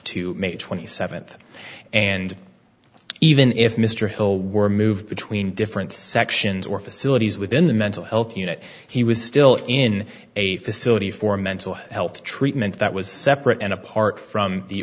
to may twenty seventh and even if mr hill were moved between different sections or facilities within the mental health unit he was still in a facility for mental health treatment that was separate and apart from the